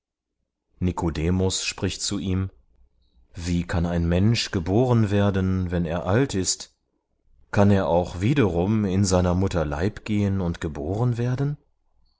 nikodemus spricht zu ihm wie kann ein mensch geboren werden wenn er alt ist kann er auch wiederum in seiner mutter leib gehen und geboren werden